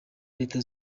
leta